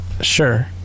Sure